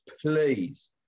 please